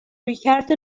رویکرد